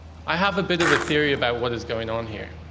i have a bit of a theory about what is going on here.